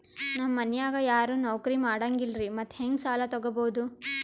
ನಮ್ ಮನ್ಯಾಗ ಯಾರೂ ನೌಕ್ರಿ ಮಾಡಂಗಿಲ್ಲ್ರಿ ಮತ್ತೆಹೆಂಗ ಸಾಲಾ ತೊಗೊಬೌದು?